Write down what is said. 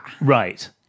Right